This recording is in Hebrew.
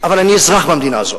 אבל אני אזרח במדינה הזו,